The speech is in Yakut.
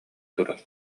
турар